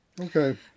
Okay